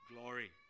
glory